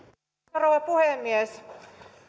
rouva puhemies